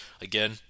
Again